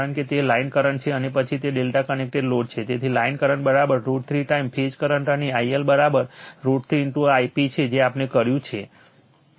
કારણ કે તે લાઇન કરંટ છે અને પછી તે ∆ કનેક્ટેડ લોડ છે તેથી line current √ 3 time phase current અને IL √ 3 Ip જે આપણે કર્યું છે